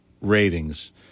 ratings